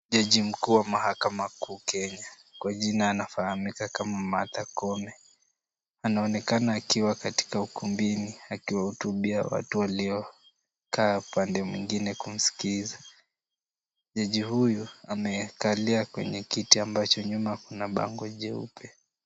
Jaji mkuu wa mahakama kuu Kenya kwa jina anafahamika kama Martha Koome, anaonekana akiwa katika ukumbini akiwahutubia watu waliokaa pande mwingine kumskiza. Jaji huyu amekalia kwenye kiti ambacho nyuma kuna bango jeupe.